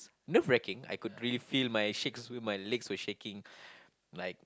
nerve-racking I could really feel my shakes my legs were shaking like